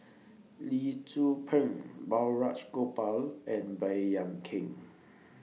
Lee Tzu Pheng Balraj Gopal and Baey Yam Keng